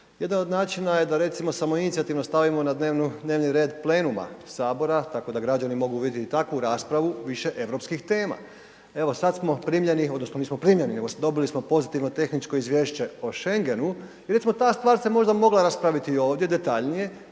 Jedan od načina je recimo da samoinicijativno stavimo na dnevni red plenum sabora, tako da građani mogu vidjeti i takvu raspravu, više europskih tema. Evo sad smo primljeni odnosno nismo primljeni nego dobili smo pozitivno tehničko izvješće o Schengenu i recimo ta stvar se možda mogla raspraviti ovdje detaljnije